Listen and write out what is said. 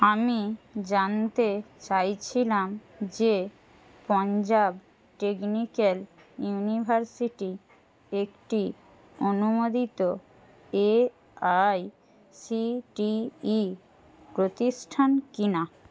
আমি জানতে চাইছিলাম যে পাঞ্জাব টেকনিক্যাল ইউনিভার্সিটি একটি অনুমোদিত A I C T E প্রতিষ্ঠান কি না